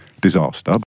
disaster